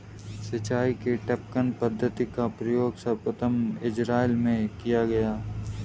सिंचाई की टपकन पद्धति का प्रयोग सर्वप्रथम इज़राइल में किया गया